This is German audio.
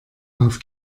auf